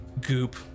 goop